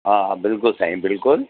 हा हा बिल्कुलु साईं बिल्कुलु